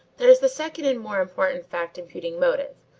there is the second and more important fact imputing motive,